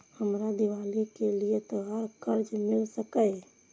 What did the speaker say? हमरा दिवाली के लिये त्योहार कर्जा मिल सकय?